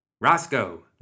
Roscoe